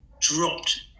dropped